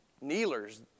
kneelers